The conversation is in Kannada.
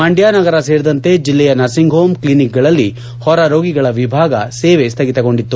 ಮಂದ್ಯ ನಗರ ಸೇರಿದಂತೆ ಜಿಲ್ಲೆಯ ನರ್ಸಿಂಗ್ ಹೋಮ್ ಕ್ಲಿನಿಕ್ಗಳಲ್ಲಿ ಹೊರ ರೋಗಿಗಳ ವಿಭಾಗ ಸೇವೆ ಸ್ವಗಿತಗೊಂಡಿತ್ತು